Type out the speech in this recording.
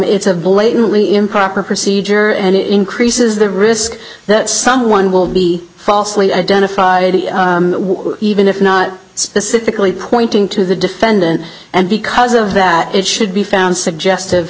it's a blatantly improper procedure and it increases the risk that someone will be falsely identified even if not specifically pointing to the defendant and because of that it should be found suggestive